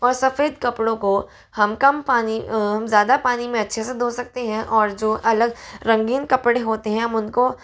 और सफ़ेद कपड़ो को हम कम पानी ज़्यादा पानी में अच्छे से धो सकते हैं और जो अलग रंगीन कपड़े होते हैं हम उनको